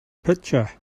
pitcher